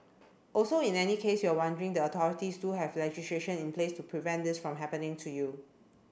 also in any case you were wondering the authorities do have legislation in place to prevent this from happening to you